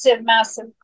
massive